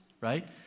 right